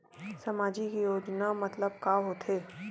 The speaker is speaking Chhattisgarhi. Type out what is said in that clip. सामजिक योजना मतलब का होथे?